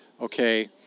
okay